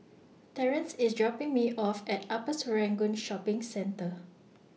Terrance IS dropping Me off At Upper Serangoon Shopping Centre